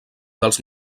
dels